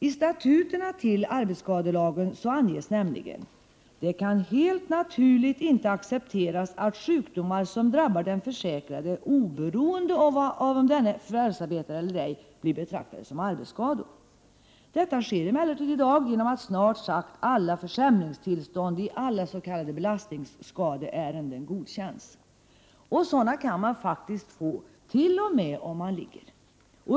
I statuterna till arbetsskadelagen anges nämligen: ”Det kan helt naturligt inte accepteras att sjukdomar som drabbar den försäkrade oberoende av om denne förvärvsarbetar eller ej blir betraktade som arbetsskador.” Detta sker emellertid i dag genom att snart sagt alla försämringstillstånd i alla s.k. belastningsskadeärenden godkänns. Sådana kan man faktiskt få t.o.m. om man ligger.